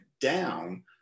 down